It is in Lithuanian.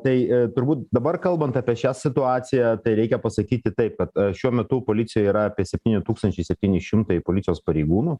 tai turbūt dabar kalbant apie šią situaciją tai reikia sakyti taip kad šiuo metu policijoj yra apie septyni tūkstančiai septyni šimtai policijos pareigūnų